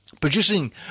producing